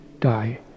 die